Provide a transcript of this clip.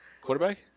Quarterback